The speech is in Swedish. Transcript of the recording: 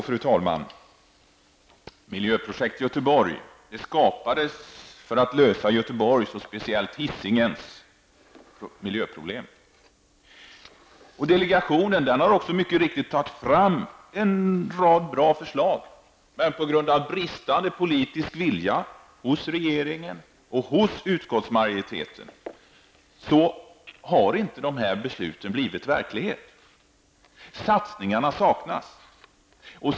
Fru talman! Miljöprojekt Göteborg skapades för att lösa Göteborgs och speciellt Hisingens, miljöproblem. Delegationen har mycket riktigt tagit fram en rad bra förslag, men på grund av bristande politisk vilja hos regeringen och hos utskottsmajoriteten är det tveksamt om de nödvändiga politiska besluten blir verklighet. Satsningarna saknas.